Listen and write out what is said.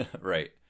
Right